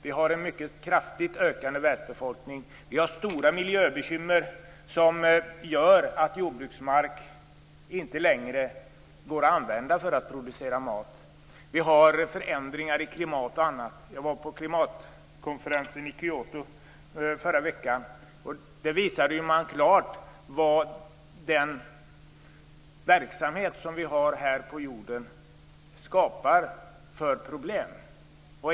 Vi har en mycket kraftigt ökande världsbefolkning och stora miljöbekymmer, som gör att jordbruksmark inte längre går att använda för att producera mat. Vi har också bl.a. förändringar i klimatet. Jag var i förra veckan på klimatkonferensen i Kyoto, där man klart visade vilka problem den verksamhet som vi bedriver här på jorden skapar.